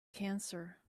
cancer